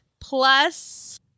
plus